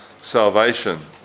salvation